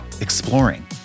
exploring